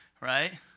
Right